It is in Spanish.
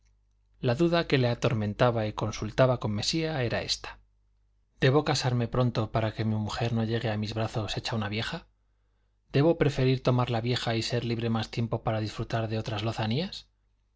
la duda que le atormentaba y consultaba con mesía era esta debo casarme pronto para que mi mujer no llegue a mis brazos hecha una vieja debo preferir tomarla vieja y ser libre más tiempo para disfrutar de otras lozanías